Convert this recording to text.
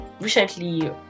recently